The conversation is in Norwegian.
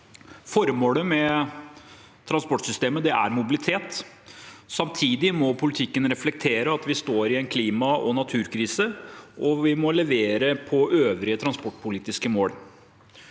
Formålet med transportsystemet er mobilitet. Samtidig må politikken reflektere at vi står i en klimaog naturkrise, og vi må levere på øvrige transportpolitiske mål.